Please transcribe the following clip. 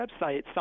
website